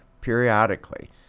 periodically